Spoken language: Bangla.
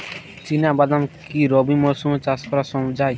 চিনা বাদাম কি রবি মরশুমে চাষ করা যায়?